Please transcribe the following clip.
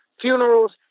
funerals